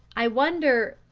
i wonder.